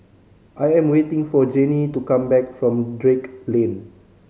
I am waiting for Janey to come back from Drake Lane